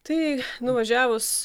tai nuvažiavus